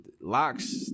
locks